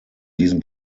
diesen